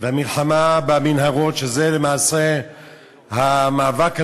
והמלחמה במנהרות, שזה למעשה המאבק המרכזי,